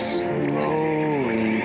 slowly